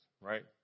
right